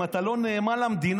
אם אתה לא נאמן למדינה,